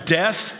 death